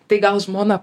tai gal žmona